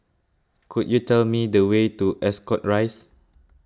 could you tell me the way to Ascot Rise